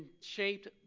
shaped